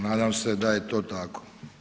Nadam se da je to tako.